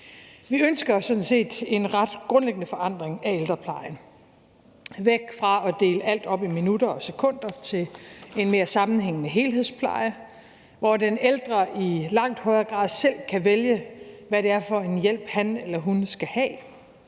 Vi ønsker sådan set en ret grundlæggende forandring af ældreplejen, væk fra at dele alt op i minutter og sekunder til en mere sammenhængende helhedspleje, hvor den ældre i langt højere grad selv kan vælge, hvad det er for en hjælp, han eller hun skal have.